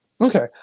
Okay